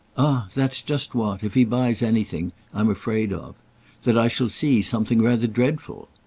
ah that's just what if he buys anything i'm afraid of that i shall see something rather dreadful.